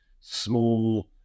small